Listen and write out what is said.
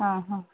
ആ ഹ